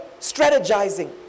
strategizing